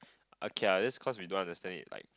okay ah just cause we don't understand it like